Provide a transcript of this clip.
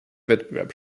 wettbewerb